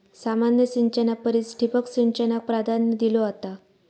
सामान्य सिंचना परिस ठिबक सिंचनाक प्राधान्य दिलो जाता